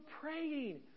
praying